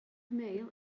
male